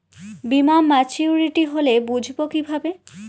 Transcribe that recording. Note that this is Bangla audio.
বীমা মাচুরিটি হলে বুঝবো কিভাবে?